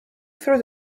through